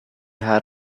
had